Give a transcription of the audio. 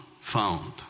found